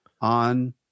on